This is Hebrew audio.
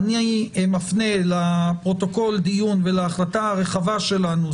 אני מפנה לפרוטוקול דיון ולהחלטה הרחבה שלנו,